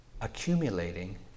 accumulating